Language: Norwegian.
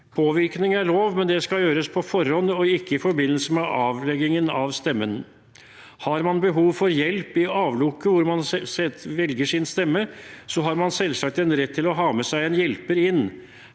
Påvirkning er lov, men det skal gjøres på forhånd, ikke i forbindelse med avleggingen av stemmen. Har man behov for hjelp i avlukket hvor man velger sin stemme, har man selvsagt en rett til å ha med seg en hjelper inn.